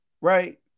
right